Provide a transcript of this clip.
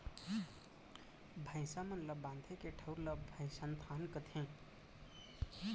भईंसा मन ल बांधे के ठउर ल भइंसथान कथें